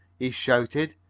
he shouted,